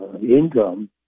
income